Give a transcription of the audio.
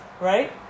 right